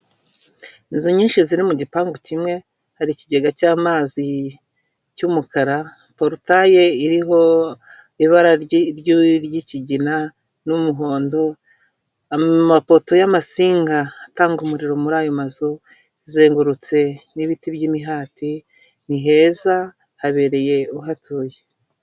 Inzu nyinshi ziri mu gipangu kimwe, hari ikigega cy'amazi cy'umukara, polutaye iriho ibara ry'ikigina n'umuhondo, amapoto y'amasinga atanga umuriro muri ayo mazu; izengurutse n'ibiti by'imihati niheza habereye uhatuye.